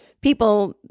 people